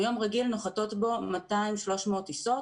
ביום רגיל נוחתות בו 200 300 טיסות.